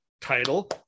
title